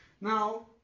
Now